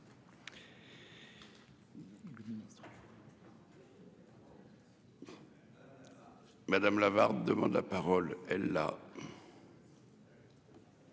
Madame Lavarde demande la parole